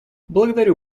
благодарю